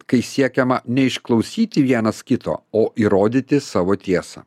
kai siekiama neišklausyti vienas kito o įrodyti savo tiesą